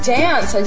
dance